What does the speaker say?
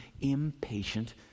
impatient